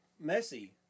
messy